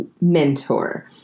mentor